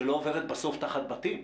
היא בסוף עוברת תחת בתים.